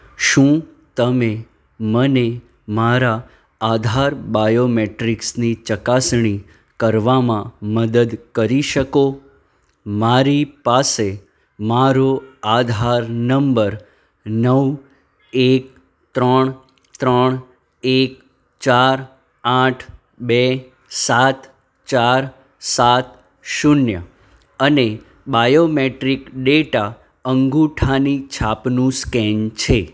શું તમે મને મારા આધાર બાયોમેટ્રિક્સની ચકાસણી કરવામાં મદદ કરી શકો મારી પાસે મારો આધાર નંબર નવ એક ત્રણ ત્રણ એક ચાર આઠ બે સાત ચાર સાત શૂન્ય અને બાયોમેટ્રિક ડેટા અંગૂઠાની છાપનું સ્કેન છે